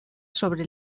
sobre